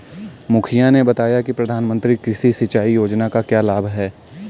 मुखिया ने बताया कि प्रधानमंत्री कृषि सिंचाई योजना का क्या लाभ है?